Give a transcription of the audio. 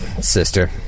sister